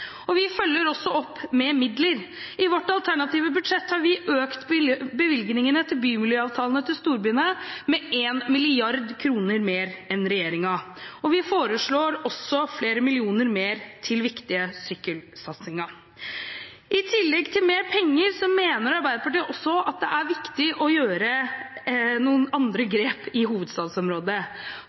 Vi følger også opp med midler. I vårt alternative budsjett har vi økt bevilgningene til bymiljøavtalene til storbyene med 1 mrd. kr mer enn regjeringen. Vi foreslår også flere millioner mer til viktige sykkelsatsinger. I tillegg til mer penger mener Arbeiderpartiet at det er viktig å gjøre noen andre grep i hovedstadsområdet,